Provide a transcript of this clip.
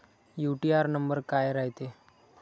UTR number काय रायते?